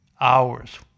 hours